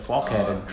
oh okay